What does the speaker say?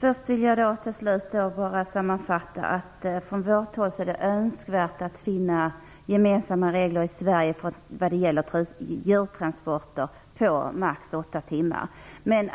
Herr talman! Jag vill slutligen göra en sammanfattning. Från vårt håll är det önskvärt att finna gemensamma regler i Sverige om att djurtransporter får ta maximalt åtta timmar. Men